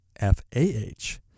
F-A-H